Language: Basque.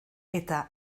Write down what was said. eta